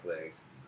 legs